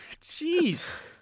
Jeez